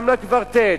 גם לקוורטט,